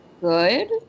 good